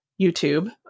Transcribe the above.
YouTube